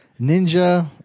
ninja